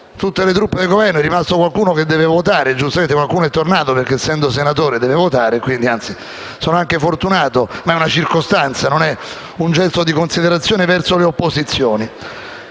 tutte le truppe del Governo, ed è rimasto solo qualcuno che deve votare; giustamente qualcuno è tornato perché, essendo senatore, deve votare, e quindi sono anche fortunato, ma è una circostanza e non un gesto di considerazione verso le opposizioni.